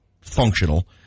functional